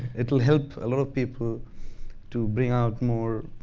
it will help a lot of people to bring out more